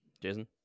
Jason